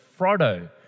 Frodo